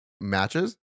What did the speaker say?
matches